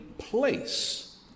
Place